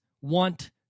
want